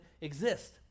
exist